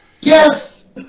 Yes